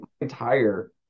entire